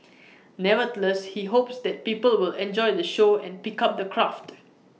nevertheless he hopes that people will enjoy the show and pick up the craft